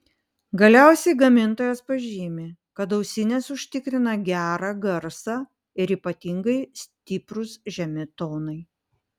galiausiai gamintojas pažymi kad ausinės užtikrina gerą garsą ir ypatingai stiprūs žemi tonai